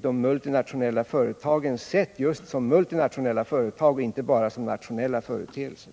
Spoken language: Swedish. de multinationella företagen just som multinationella företag, inte bara som nationella föreeteelser.